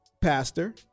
pastor